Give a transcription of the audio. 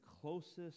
closest